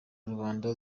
rubanda